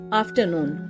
afternoon